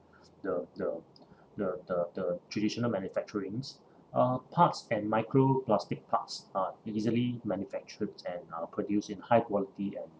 the the the the the traditional manufacturing uh parts and microplastic parts are easily manufactured and uh produced in high quality and